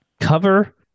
Cover